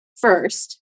first